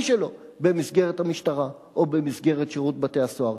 שלו במסגרת המשטרה או במסגרת שירות בתי-הסוהר.